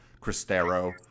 Cristero